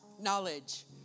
knowledge